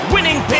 Winning